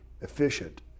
efficient